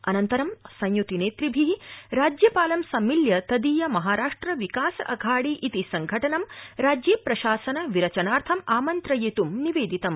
अनन्तरं संयृति नूत्रिभ राज्यपालं सम्मिल्य तदीय महाराष्ट्र विकास अघाडि इति संघटनम् राज्य अशासन विरचनायं आमन्त्रयित्म निवर्द्रिम